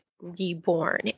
reborn